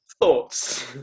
Thoughts